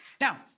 Now